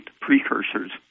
precursors